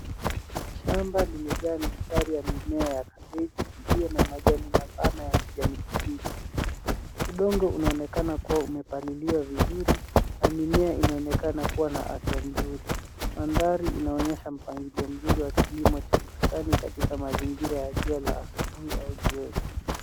Shamba limejaa mistari ya mimea ya kabeji iliyo na majani mapana ya kijani kibichi. Udongo unaonekana kuwa umepaliliwa vizuri na mimea inaonekana kuwa na afya nzuri. Mandhari inaonyesha mpangilio mzuri wa kilimo cha bustani katika mazingira ya jua la asubuhi au jioni.